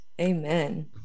Amen